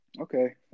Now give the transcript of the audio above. Okay